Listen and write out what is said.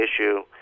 issue